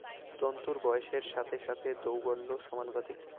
তন্তুর বয়সের সাথে সাথে তার দৌর্বল্য সমানুপাতিক